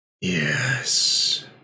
Yes